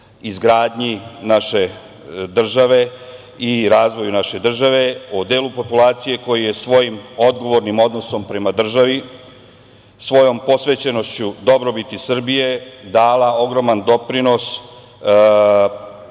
izgradnji naše države i razvoju naše države, o delu populacije koji je svojim odgovornim odnosom prema državi, svojom posvećenošću dobrobiti Srbije dala ogroman doprinos